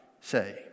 say